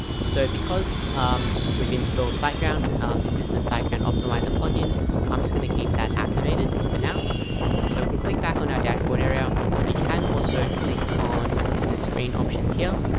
so because we've installed siteground this is the siteground optimizer plugin i'm just going to keep that activated for now so we can click back on our dashboard area you can also click on the screen options here.